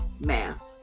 math